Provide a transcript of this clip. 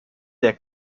der